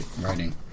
writing